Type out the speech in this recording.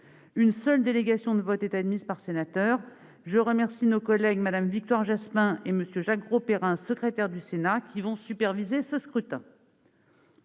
Une seule délégation de vote est admise par sénateur. Je remercie nos collègues Victoire Jasmin et Jacques Grosperrin, secrétaires du Sénat, qui vont superviser ce scrutin.